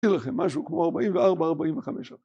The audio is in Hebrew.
‫תהיה לכם משהו כמו 44-45.